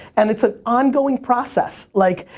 and it's an ongoing process. like,